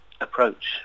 approach